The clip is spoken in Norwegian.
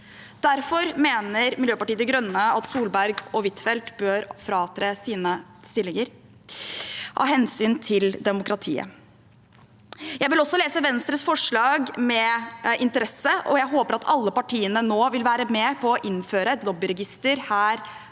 Derfor mener Miljøpartiet De Grønne at Solberg og Huitfeldt bør fratre sine stillinger, av hensyn til demokratiet. Jeg vil også lese Venstres forslag med interesse, og jeg håper at alle partiene nå vil være med på å innføre et lobbyregister her